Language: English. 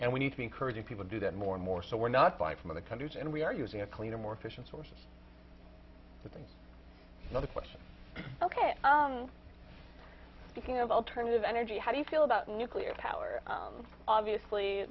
and we need to encourage people to do that more and more so we're not buy from other countries and we are using a cleaner more efficient source is another question ok speaking of alternative energy how do you feel about nuclear power obviously